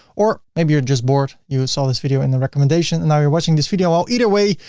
or maybe you're just bored, you and saw this video in the recommendation and now you're watching this video. well, either way,